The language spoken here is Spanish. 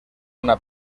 una